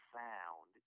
found